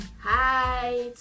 Hi